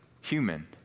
Human